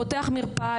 פותח מרפאה,